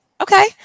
Okay